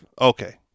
Okay